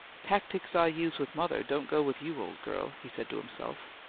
tactics i use with mother don't go with you, old girl, he said to himself.